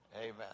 Amen